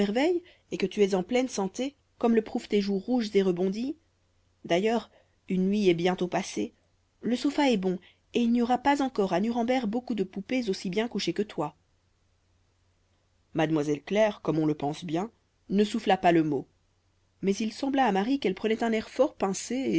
et que tu es pleine de santé comme le prouvent tes joues rouges et rebondies d'ailleurs une nuit est bientôt passée le sofa est bon et il n'y aura pas encore à nuremberg beaucoup de poupées aussi bien couchées que toi mademoiselle claire comme on le pense bien ne souffla pas le mot mais il sembla à marie qu'elle prenait un air fort pincé